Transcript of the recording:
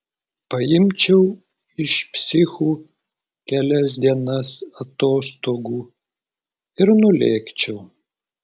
paimčiau iš psichų kelias dienas atostogų ir nulėkčiau